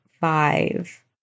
five